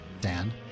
Dan